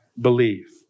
believe